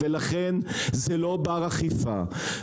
ולכן זה לא בר אכיפה.